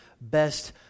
best